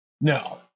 No